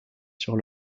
sur